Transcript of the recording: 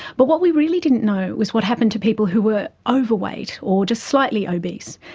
but what we really didn't know was what happened to people who were overweight or just slightly obese,